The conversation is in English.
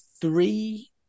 three